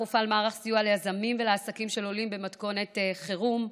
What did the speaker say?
הופעל מערך סיוע ליזמים ולעסקים של עולים במתכונת חירום.